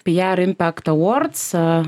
pierre impakta ords